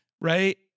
right